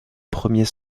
premiers